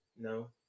No